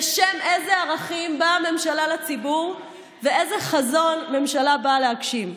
בשם איזה ערכים באה הממשלה לציבור ואיזה חזון הממשלה באה להגשים.